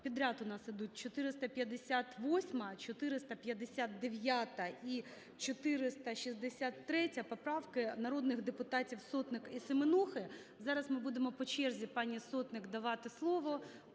Підряд у нас ідуть 458-а, 459-а і 463-я поправки народних депутатів Сотник і Семенухи. Зараз ми будемо по черзі пані Сотник давати слово,